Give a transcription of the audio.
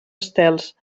estels